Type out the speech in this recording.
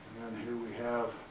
here we have,